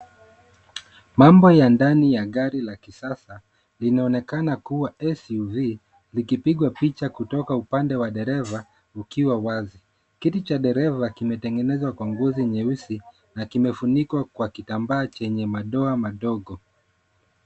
Mambo ya ndani ya gari la kisasa, inaonekana kuwa SUV .Likipigwa picha kutoka upande wa dereva ukiwa wazi. Kiti cha dereva kimetengenezwa kwa ngozi nyeusi na kimefunikwa kwa kitambaa chenye madoa madogo.